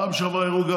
גם בפעם שעברה העלו.